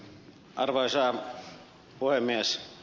arvoisa puhemies